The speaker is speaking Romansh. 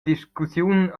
discussiun